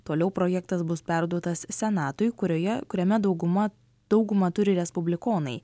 toliau projektas bus perduotas senatui kurioje kuriame dauguma daugumą turi respublikonai